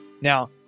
Now